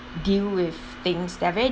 deal with things that are very